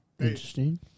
Interesting